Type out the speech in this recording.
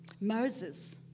Moses